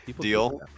deal